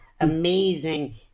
amazing